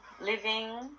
living